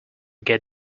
get